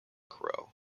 crow